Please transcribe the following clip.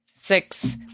six